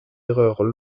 erreurs